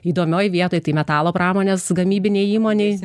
įdomioj vietoj tai metalo pramonės gamybinėj įmonėj